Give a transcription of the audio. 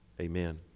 Amen